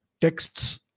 texts